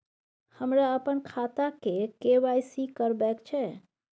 हमरा अपन खाता के के.वाई.सी करबैक छै